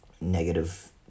negative